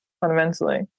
fundamentally